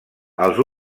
els